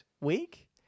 week